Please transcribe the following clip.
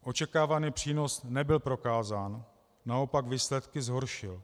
Očekávaný přínos nebyl prokázán, naopak výsledky zhoršil.